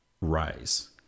Rise